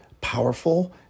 powerful